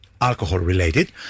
alcohol-related